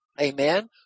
Amen